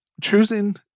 choosing